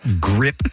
grip